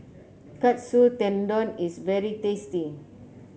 Katsu Tendon is very tasty